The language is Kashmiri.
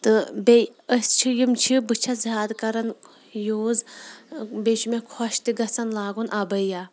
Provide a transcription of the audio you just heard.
تہٕ بیٚیہِ أسۍ چھِ یِم چھِ بہٕ چھس زیادٕ کَران یوٗز بیٚیہِ چھِ مےٚ خۄش تہِ گژھان لاگُن اَبَیا